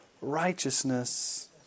righteousness